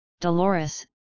Dolores